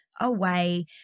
away